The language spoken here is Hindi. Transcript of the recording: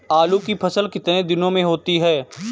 आलू की फसल कितने दिनों में होती है?